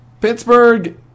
Pittsburgh